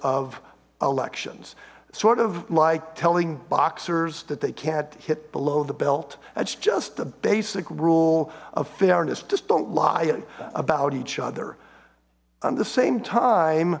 of elections sort of like telling boxers that they can't hit below the belt that's just the basic rule of fairness just don't lie about each other at the same time